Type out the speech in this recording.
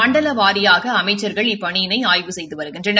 மண்டல வாரியாக அமைச்சாகள் இப்பணியினை ஆய்வு செய்து வருகின்றனர்